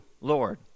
Lord